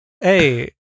hey